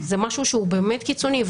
זה משהו שהוא באמת קיצוני,